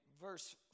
verse